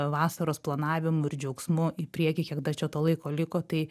vasaros planavimu ir džiaugsmu į priekį kiek dar čia to laiko liko tai